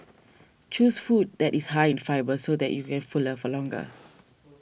choose food that is high in fibre so that you can fuller for longer